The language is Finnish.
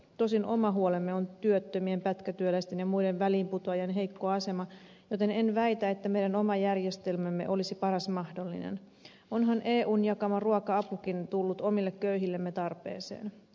tosin oma huolemme on työttömien pätkätyöläisten ja muiden väliinputoajien heikko asema joten en väitä että meidän oma järjestelmämme olisi paras mahdollinen onhan eun jakama ruoka apukin tullut omille köyhillemme tarpeeseen